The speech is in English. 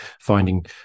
finding